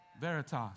Veritas